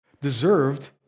deserved